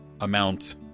amount